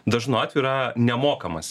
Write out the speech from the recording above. dažnu atveju yra nemokamas